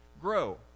Grow